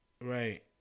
Right